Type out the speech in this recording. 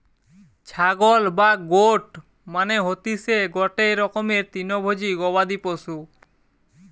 ছাগল বা গোট মানে হতিসে গটে রকমের তৃণভোজী গবাদি পশু